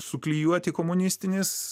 suklijuoti komunistinis